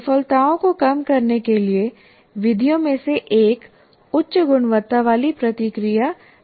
विफलताओं को कम करने के लिए विधियों में से एक उच्च गुणवत्ता वाली प्रतिक्रिया प्रदान करना है